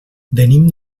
venim